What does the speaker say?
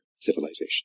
civilization